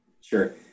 Sure